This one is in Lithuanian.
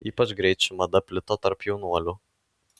ypač greit ši mada plito tarp jaunuolių